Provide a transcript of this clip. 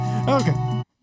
okay